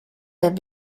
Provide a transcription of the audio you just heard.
der